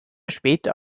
später